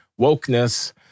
wokeness